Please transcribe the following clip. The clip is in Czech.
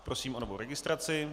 Prosím o novou registraci.